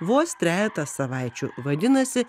vos trejetą savaičių vadinasi